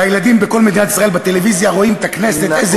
והילדים בכל מדינת ישראל רואים את הכנסת בטלוויזיה,